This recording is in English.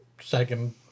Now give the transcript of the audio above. second